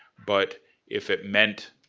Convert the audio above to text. but if it meant,